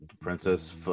Princess